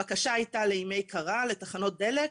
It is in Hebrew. הבקשה הייתה לימי קרה ולתחנות דלק,